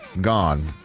gone